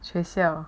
学校